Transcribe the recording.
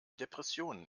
depressionen